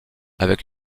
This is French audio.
avec